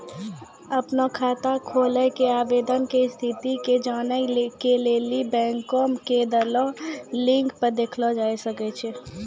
अपनो खाता खोलै के आवेदन के स्थिति के जानै के लेली बैंको के देलो लिंक पे देखलो जाय सकै छै